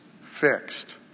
fixed